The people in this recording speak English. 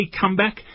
comeback